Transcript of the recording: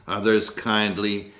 others kindly,